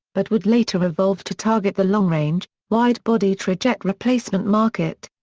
but would later evolve to target the long-range, wide-body trijet replacement market.